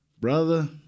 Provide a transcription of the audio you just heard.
brother